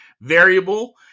variable